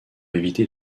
éviter